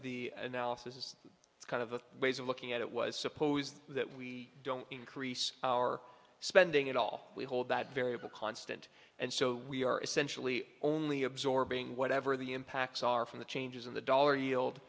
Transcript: the analysis is kind of a ways of looking at it was supposed that we don't increase our spending at all we hold that variable constant and so we are essentially only absorbing whatever the impacts are from the changes in the dollar